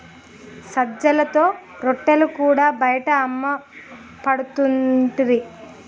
సజ్జలతో రొట్టెలు కూడా బయట అమ్మపడుతుంటిరి